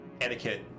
etiquette